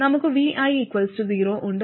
നമുക്ക് vi 0 ഉണ്ട്